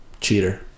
Cheater